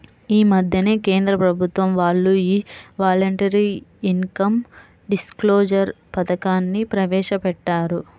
యీ మద్దెనే కేంద్ర ప్రభుత్వం వాళ్ళు యీ వాలంటరీ ఇన్కం డిస్క్లోజర్ పథకాన్ని ప్రవేశపెట్టారు